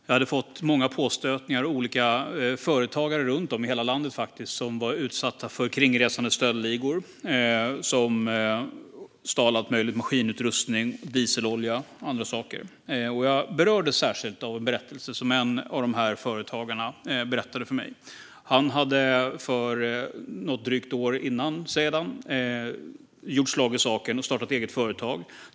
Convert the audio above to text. Jag hade fått påstötningar från företagare runt om i hela landet som var utsatta för kringresande stöldligor som stal allt möjligt: maskinutrustning, dieselolja och andra saker. Jag berördes särskilt av en av de här företagarnas berättelse. Han hade drygt ett år tidigare gjort slag i saken och startat eget företag.